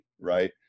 right